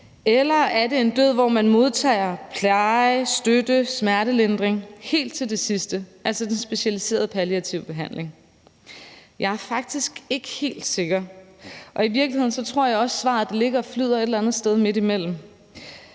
Eller er det en død, hvor man modtager pleje, støtte og smertelindring helt til det sidste, altså den specialiserede palliative behandling? Jeg er faktisk ikke helt sikker, og i virkeligheden tror jeg også, at svaret ligger og flyder et eller andet sted midt imellem.